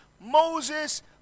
Moses